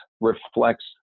reflects